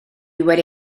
wedi